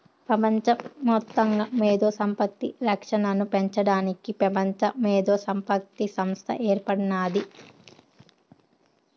పెపంచ మొత్తంగా మేధో సంపత్తి రక్షనను పెంచడానికి పెపంచ మేధోసంపత్తి సంస్త ఏర్పడినాది